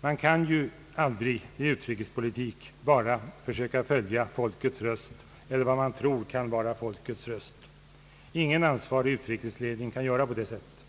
Man kan ju aldrig i utrikespolitik bara försöka följa folkets röst eller vad man tror kan vara folkets röst. Ingen ansvarig utrikesledning kan göra på det sättet.